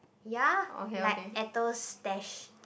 ya like Stash